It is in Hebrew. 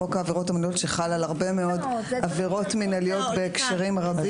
לחוק העבירות המינהליות שחל על הרבה מאוד עבירות מינהליות בהקשרים רבים?